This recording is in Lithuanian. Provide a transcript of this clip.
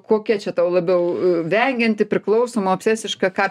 kokia čia tau labiau vengianti priklausoma obsesiška ką